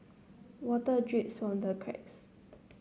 water from the cracks